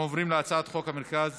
אנחנו עוברים להצעת חוק המרכז